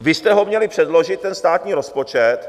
Vy jste ho měli předložit, ten státní rozpočet.